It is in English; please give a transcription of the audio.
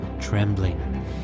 trembling